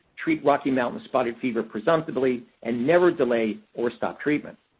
treat rocky mountain spotted fever presumptively and never delay or stop treatment.